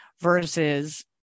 versus